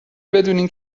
بدونید